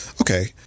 Okay